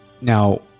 Now